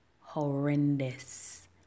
horrendous